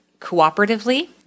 cooperatively